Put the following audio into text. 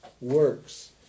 works